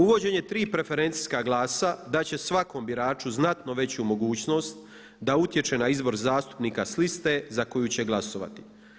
Uvođenjem tri preferencijska glasa dat će svakom biraču znatno veću mogućnost da utječe na izbor zastupnika s liste za koju će glasovati.